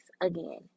again